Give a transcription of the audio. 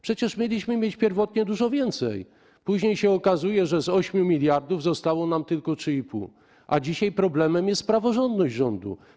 Przecież mieliśmy mieć pierwotnie dużo więcej, później się okazało, że z 8 mld zostało nam tylko 3,5, a dzisiaj problemem jest praworządność rządu.